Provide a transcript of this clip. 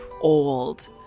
old